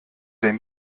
den